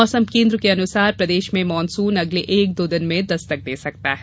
मौसम केन्द्र के अनुसार प्रदेश में मानसून अगले एक दो दिन में दस्तक दे सकता है